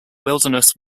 wilderness